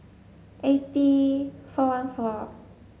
eighty four one four